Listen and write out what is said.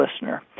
listener